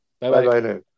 Bye-bye